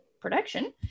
production